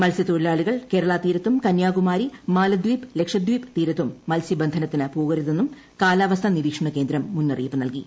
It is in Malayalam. മത്സ്യത്തൊഴിലാളികൾ കേരള തീരത്തും കന്യാകുമാരി മാലദ്വീപ് ലക്ഷദ്വീപ് തീരത്തും മത്സ്യബന്ധനത്തിന് പോകരുതെന്നും കാലാവസ്ഥ നിരീക്ഷണകേന്ദ്രം മുന്നറിയിപ്പ് നൽകി